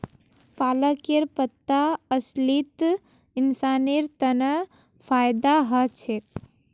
पालकेर पत्ता असलित इंसानेर तन फायदा ह छेक